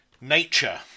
Nature